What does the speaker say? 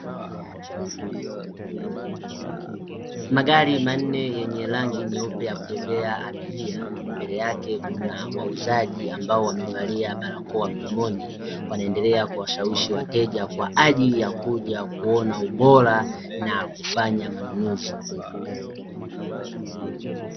Magari manne yenye rangi nyeupe ya kubebea abiria, mbele yake kuna wauzaji ambao wamevalia barakoa mdomoni wanaendelea kuwashawishi wateja kwa ajili ya kuja kuona ubora na kufanya manunuzi.